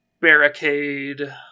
barricade